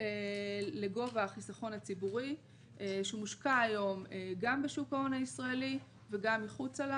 לגובה החיסכון הציבורי שמושקע היום גם בשוק ההון הישראלי וגם מחוצה לו.